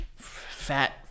fat